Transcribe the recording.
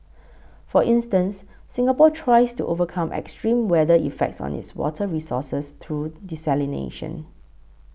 for instance Singapore tries to overcome extreme weather effects on its water resources through desalination